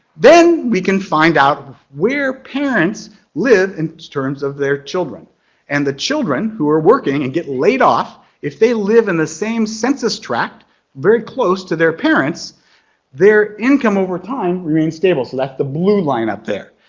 then we can find out where parents live in terms of their children and the children who are working and get laid off, if they live in the same census tract very close to their parents their income over time remain stable. that's like the blue line up there.